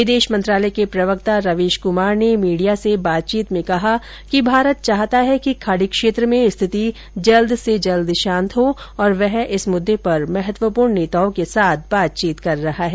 विदेश मंत्रालय के प्रवक्ता रवीश कुमार ने मीडिया से बातचीत में कहा कि भारत चाहता है कि खाड़ी क्षेत्र में स्थिति जल्द से जल्द शांत हो और वह इस मुद्दे पर महत्वपूर्ण नेताओं के साथ बातचीत कर रहा है